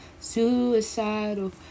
suicidal